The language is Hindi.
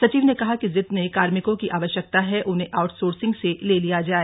सचिव ने कहा कि जितने कार्मिकों की आवश्यकता है उन्हें आउटसोर्सिंग से ले लिया जाए